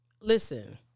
listen